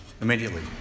immediately